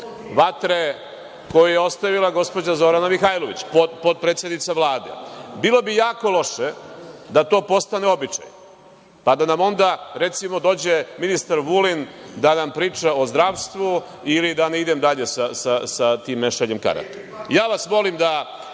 vatre koje je ostavila gospođa Zorana Mihajlović, potpredsednica Vlade. Bilo bi jako loše da to postane običaj, pa da nam onda, recimo, dođe ministar Vulin da nam priča o zdravstvu ili da ne idem dalje sa tim mešanjem karata. Molim vas